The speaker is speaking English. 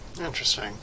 Interesting